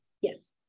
Yes